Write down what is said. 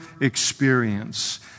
experience